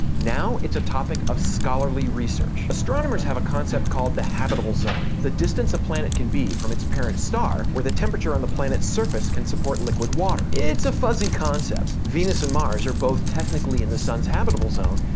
now it's a topic of scholarly research. astronomers have a concept called the habitable zone the distance a planet can be from its parent star where the temperature on the planet's surface can support liquid water. it's a fuzzy concept venus and mars are both technically in the sun's habitable zone,